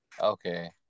okay